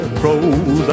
crows